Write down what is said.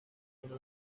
una